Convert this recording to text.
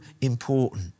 important